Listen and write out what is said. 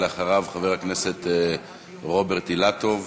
אחריו, חבר הכנסת רוברט אילטוב.